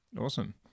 Awesome